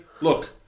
Look